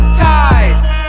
ties